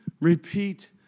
repeat